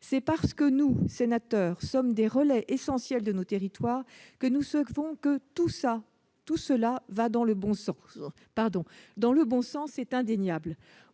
C'est parce que nous, sénateurs, sommes des relais essentiels de nos territoires que nous savons que tout cela va indéniablement dans le bon sens.